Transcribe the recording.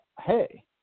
hey